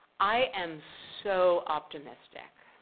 i am so optimistic